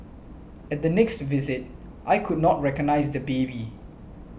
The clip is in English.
at the next visit I could not recognise the baby